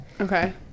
okay